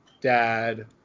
dad